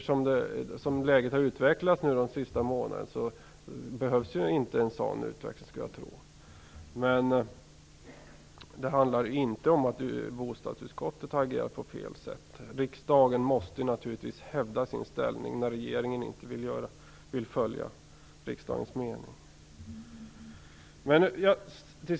Så som läget har utvecklats under de senaste månaderna skulle jag tro att något sådant inte behövs. Men det handlar inte om att bostadsutskottet har agerat på fel sätt. Riksdagen måste naturligtvis hävda sin ställning när regeringen inte vill följa riksdagens mening.